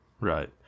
right